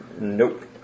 Nope